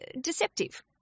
deceptive